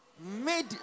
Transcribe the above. Made